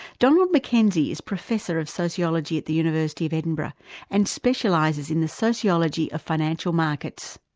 donald mackenzie is professor of sociology at the university of edinburgh and specialises in the sociology of financial markets.